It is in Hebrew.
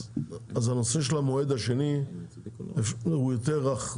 הנושא של המועד השני הוא יותר רך.